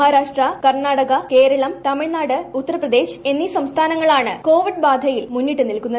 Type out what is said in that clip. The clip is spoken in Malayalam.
മഹാരാഷ്ട്ര കർണാടക കേരളം തമിഴ്നാട് ഉത്തർപ്രദേശ് എന്നീ സംസ്ഥാനങ്ങളാണ് കോവിഡ് ബാധയിൽ മുന്നിട്ടുനിൽക്കുന്നത്